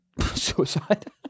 Suicide